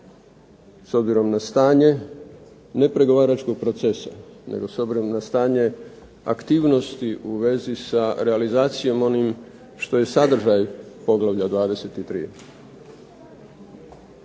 s obzirom na stanje ne pregovaračkog procesa, nego s obzirom na stanje aktivnosti u vezi sa realizacijom onim što je sadržaj poglavlja 23.